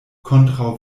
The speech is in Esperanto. kontraŭ